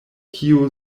kio